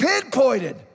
pinpointed